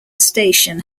station